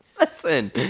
Listen